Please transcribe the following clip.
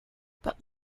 but